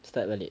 start balik